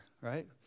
right